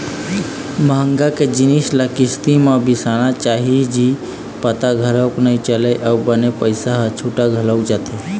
महँगा के जिनिस ल किस्ती म बिसाना चाही जी पता घलोक नइ चलय अउ बने पइसा ह छुटा घलोक जाथे